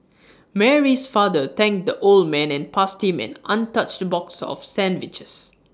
Mary's father thanked the old man and passed him an untouched box of sandwiches